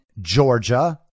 Georgia